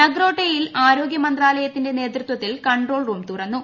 നഗ്റോട്ടയിൽ ആരോഗ്യ മന്ത്രാലയത്തിന്റെ നേതൃത്വത്തിൽ കൺട്രോൾ തുറന്നു